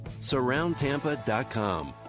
SurroundTampa.com